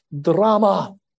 drama